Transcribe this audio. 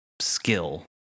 skill